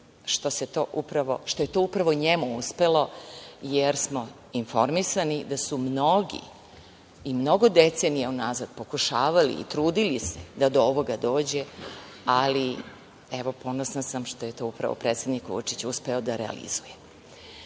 što je to upravo njemu uspelo, jer smo informisani da su mnogi i mnogo decenija unazad pokušavali, trudili se da do ovoga dođe, ali evo ponosna sam što je to upravo predsednik Vučić uspeo da realizuje. Što